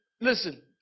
Listen